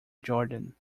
jordan